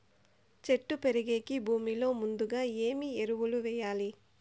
చెట్టు పెరిగేకి భూమిలో ముందుగా ఏమి ఎరువులు వేయాలి?